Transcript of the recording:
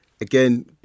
again